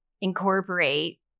incorporate